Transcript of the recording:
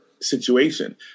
situation